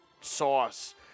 Sauce